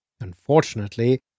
Unfortunately